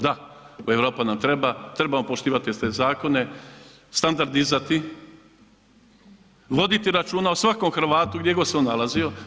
Da, Europa nam treba, trebamo poštivati te zakone, standard dizati, voditi računa o svakom Hrvatu gdje god se on nalazio.